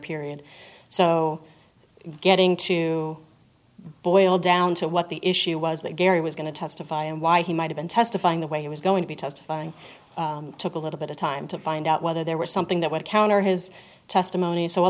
period so getting to boil down to what the issue was that gary was going to testify and why he might have been testifying the way he was going to be testifying took a little bit of time to find out whether there was something that would counter his testimony so a